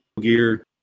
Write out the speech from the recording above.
gear